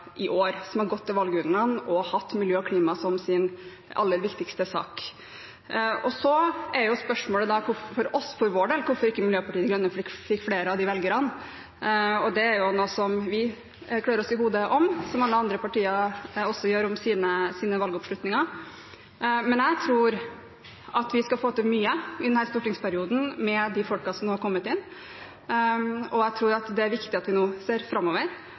i år som har gått til valgurnene og hatt miljø og klima som sin aller viktigste sak. Spørsmålet for vår del er hvorfor ikke Miljøpartiet De Grønne fikk flere av de velgerne. Det er noe vi klør oss i hodet over, og som alle andre partier også gjør over sin valgoppslutning. Men jeg tror at vi skal få til mye i denne stortingsperioden med de folkene som nå har kommet inn, og jeg tror det er viktig at vi nå ser framover.